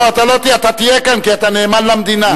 לא, אתה תהיה כאן, כי אתה נאמן למדינה.